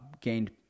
gained